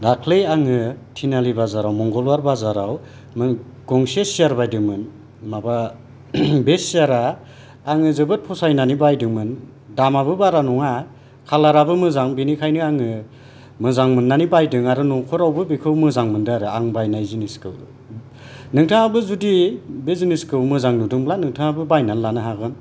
दाख्लि आङो तिनआलि बाजाराव मंगलबार बाजाराव गंसे चेयार बायदोंमोन माबा बे चेयार आ आङो जोबोद फसायनानै बायदोंमोन दामाबो बारा नङा कालार आबो मोजां बेनिखायनो आङो मोजां मोननानै बायदों आरो न'खरावबो बेखौनो मोजां मोनदों आरो आं बायनाय जिनिसखौ नोंथाङाबो जुदि बे जिनिसखौ मोजां नुदोंब्ला नोंथाङाबो बायनानै लानो हागोन